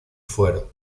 fuero